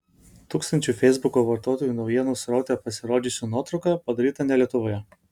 tūkstančių feisbuko vartotojų naujienų sraute pasirodžiusi nuotrauka padaryta ne lietuvoje